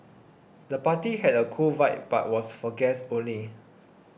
the party had a cool vibe but was for guests only